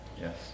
Yes